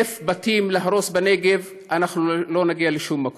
1,000 בתים להרוס בנגב, אנחנו לא נגיע לשום מקום.